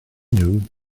nhw